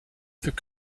fut